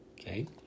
Okay